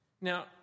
Now